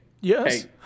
Yes